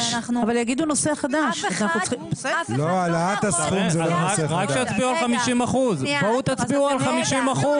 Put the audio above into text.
בואו תצביעו על 50 אחוזים.